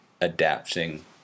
adapting